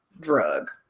drug